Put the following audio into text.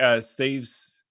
Steve's